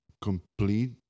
complete